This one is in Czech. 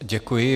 Děkuji.